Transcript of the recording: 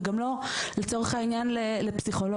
וגם לא לצורך העניין לפסיכולוג.